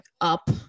up